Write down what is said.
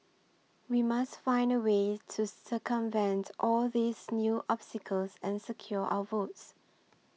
we must find a way to circumvent all these new obstacles and secure our votes